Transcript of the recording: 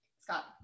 Scott